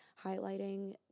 highlighting